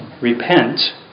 repent